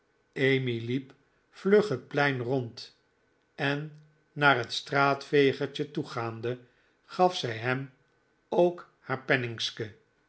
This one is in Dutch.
liep vlug het plein rond en naar het straatvegertje toegaande gaf zij hem ook haar